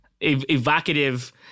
evocative